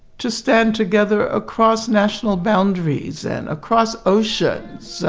to stand together across national boundaries and across oceans